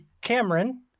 Cameron